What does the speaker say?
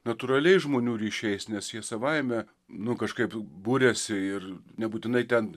natūraliais žmonių ryšiais nes jie savaime nu kažkaip buriasi ir nebūtinai ten